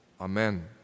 Amen